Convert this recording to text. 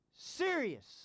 serious